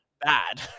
bad